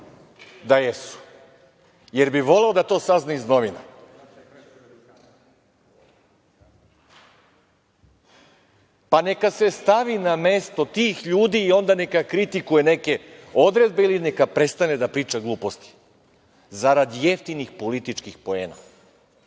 da jesu? Da li bi voleo to da sazna iz novina? Neka se stavi na mesto tih ljudi, pa onda neka kritikuje neke odredbe ili neka prestane da priča gluposti zarad jeftinih političkih poena. Jeste